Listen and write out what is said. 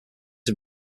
him